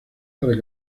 para